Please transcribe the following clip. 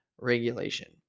regulation